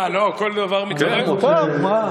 מה, כל דבר, כן, מותר, מה?